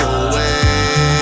away